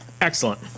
Excellent